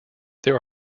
there